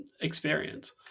experience